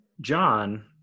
John